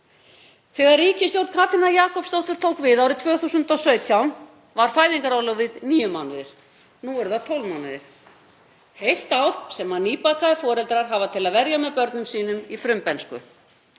Þegar ríkisstjórn Katrínar Jakobsdóttur tók við árið 2017 var fæðingarorlofið níu mánuðir. Nú er það tólf mánuðir. Heilt ár sem nýbakaðir foreldrar hafa til að verja með börnunum sínum í frumbernsku.